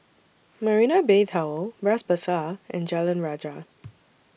Marina Bay Tower Bras Basah and Jalan Rajah